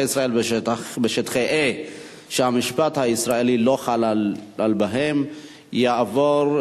ישראל בשטחי A שהמשפט הישראלי לא חל בהם יעבור,